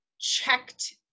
checked